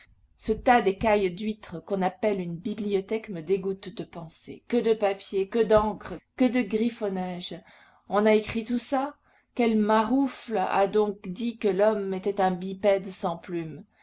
ce tas d'écailles d'huîtres qu'on appelle une bibliothèque me dégoûte de penser que de papier que d'encre que de griffonnage on a écrit tout ça quel maroufle a donc dit que l'homme était un bipède sans plume